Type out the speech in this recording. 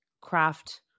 craft